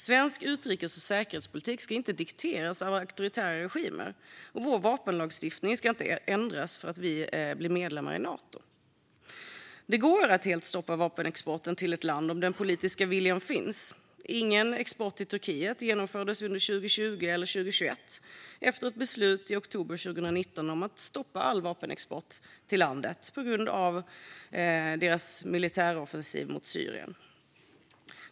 Svensk utrikes och säkerhetspolitik ska inte dikteras av auktoritära regimer, och vår vapenexportlagstiftning ska inte ändras för att vi blir medlem i Nato. Det går att helt stoppa vapenexporten till ett land om den politiska viljan finns. Ingen export till Turkiet genomfördes under 2020 och 2021 efter ett beslut i oktober 2019 om att stoppa all vapenexport till landet på grund av Turkiets militäroffensiv mot Syrien.